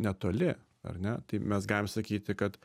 netoli ar ne tai mes galim sakyti kad